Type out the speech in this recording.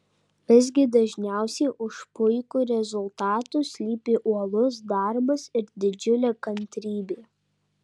visgi dažniausiai už puikių rezultatų slypi uolus darbas ir didžiulė kantrybė